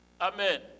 Amen